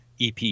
EP